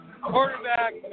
Quarterback